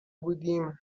بودیم